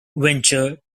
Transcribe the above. venture